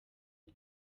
uko